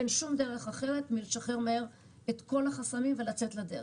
אין שום דבר אחרת מאשר לשחרר מהר את כל החסמים ולצאת לדרך.